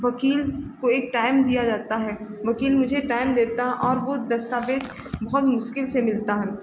वकील को एक टाइम दिया जाता है वकील मुझे टाइम देता और वह दस्तावेज़ बहुत मुश्किल से मिलता है